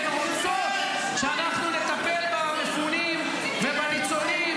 והן רוצות שאנחנו נטפל במפונים ובניצולים